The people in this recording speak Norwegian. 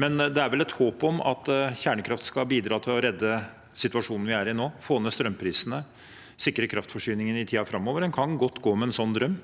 men det er vel et håp om at kjernekraft skal bidra til å redde situasjonen vi er i nå, få ned strømprisene og sikre kraftforsyningen i tiden framover. En kan godt gå med en sånn drøm,